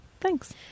Thanks